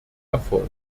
erfolg